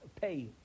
pay